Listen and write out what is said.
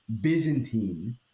Byzantine